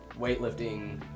weightlifting